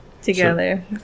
Together